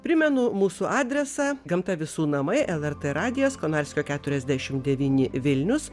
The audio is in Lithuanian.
primenu mūsų adresą gamta visų namai lrt radijas konarskio keturiasdešimt devyni vilnius